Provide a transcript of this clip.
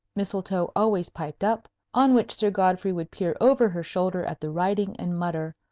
mistletoe always piped up on which sir godfrey would peer over her shoulder at the writing, and mutter,